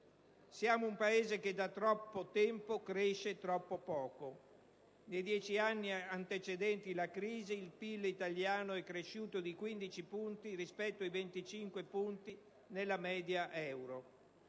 Siamo un Paese che da troppo tempo cresce troppo poco: nei dieci anni antecedenti la crisi, il PIL italiano è cresciuto di 15 punti, rispetto ai 25 punti della media euro.